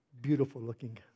beautiful-looking